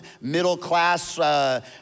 middle-class